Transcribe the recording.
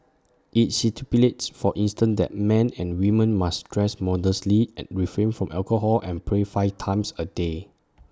IT stipulates for instance that men and women must dress modestly and refrain from alcohol and pray five times A day